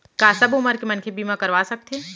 का सब उमर के मनखे बीमा करवा सकथे?